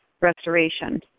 restoration